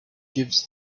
gives